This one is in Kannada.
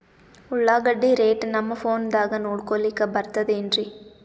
ಉಳ್ಳಾಗಡ್ಡಿ ರೇಟ್ ನಮ್ ಫೋನದಾಗ ನೋಡಕೊಲಿಕ ಬರತದೆನ್ರಿ?